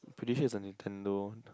pretty sure it's a Nintendo